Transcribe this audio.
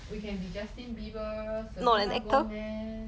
we can be Justin Bieber Selena Gomez